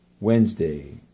Wednesday